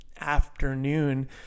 afternoon